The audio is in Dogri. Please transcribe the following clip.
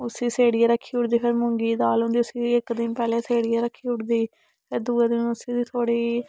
उसी छेड़ियै रक्खी उड़दी फेर मुंगी दी दाल होंदी उसी इक दिन पैह्ले छेड़ियै रक्खी उड़दी फेर दुए दिन उसी थोह्ड़ी